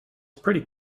pretty